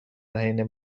حین